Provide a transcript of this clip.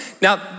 Now